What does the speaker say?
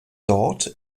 dort